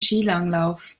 skilanglauf